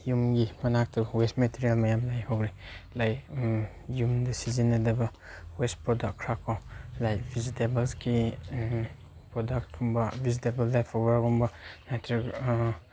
ꯌꯨꯝꯒꯤ ꯃꯅꯥꯛꯇ waste material ꯃꯌꯥꯝ ꯂꯩꯍꯧꯔꯦ ꯂꯩ ꯌꯨꯝꯗ ꯁꯤꯖꯤꯟꯅꯗꯕ ꯋꯦꯁ ꯄ꯭ꯔꯣꯗꯛ ꯈꯔꯀꯣ ꯂꯥꯏꯛ ꯚꯤꯖꯤꯇꯦꯕꯜꯁꯀꯤ ꯄ꯭ꯔꯣꯗꯛꯀꯨꯝꯕ ꯚꯦꯖꯤꯇꯦꯕꯜ ꯂꯦꯐꯑꯣꯕꯔꯒꯨꯝꯕ ꯅꯠꯇꯔꯒ